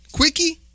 quickie